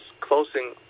closing